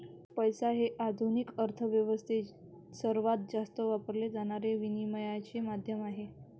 पैसा हे आधुनिक अर्थ व्यवस्थेत सर्वात जास्त वापरले जाणारे विनिमयाचे माध्यम आहे